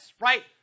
right